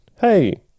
hey